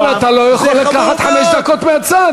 אבל אתה לא יכול לקחת חמש דקות מהצד.